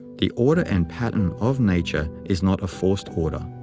the order and pattern of nature is not a forced order,